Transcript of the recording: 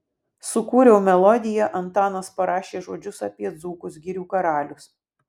sukūriau melodiją antanas parašė žodžius apie dzūkus girių karalius